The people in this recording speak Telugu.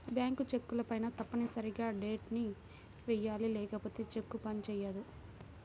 బ్యాంకు చెక్కులపైన తప్పనిసరిగా డేట్ ని వెయ్యాలి లేకపోతే చెక్కులు పని చేయవు